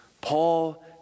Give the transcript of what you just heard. Paul